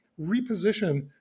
reposition